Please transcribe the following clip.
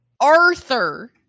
Arthur